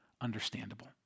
understandable